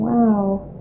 Wow